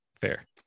fair